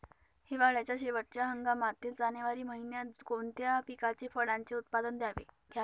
हिवाळ्याच्या शेवटच्या हंगामातील जानेवारी महिन्यात कोणत्या पिकाचे, फळांचे उत्पादन घ्यावे?